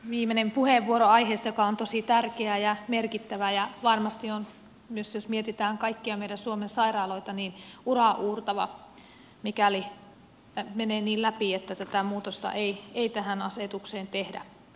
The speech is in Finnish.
viimeinen puheenvuoro aiheesta joka on tosi tärkeä ja merkittävä ja varmasti on myös jos mietitään kaikkia meidän suomen sairaaloita uraauurtava mikäli menee niin läpi että tätä muutosta ei tähän asetukseen tehdä